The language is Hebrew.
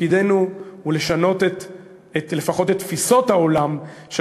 תפקידנו לשנות לפחות את תפיסות העולם של